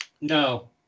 No